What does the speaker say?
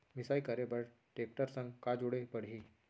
मिसाई करे बर टेकटर संग का जोड़े पड़ही?